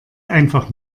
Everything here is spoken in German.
einfach